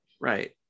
Right